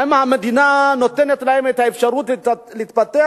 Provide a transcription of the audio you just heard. האם המדינה נותנת להם את האפשרות להתפתח